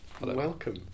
welcome